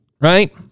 right